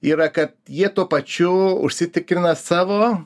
yra kad jie tuo pačiu užsitikrina savo